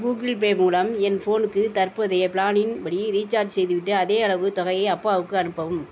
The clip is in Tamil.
கூகிள் பே மூலம் என் ஃபோனுக்கு தற்போதைய பிளானின் படி ரீசார்ஜ் செய்துவிட்டு அதே அளவு தொகையை அப்பாவுக்கு அனுப்பவும்